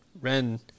Ren